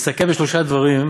הסתכל בשלושה דברים,